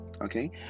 okay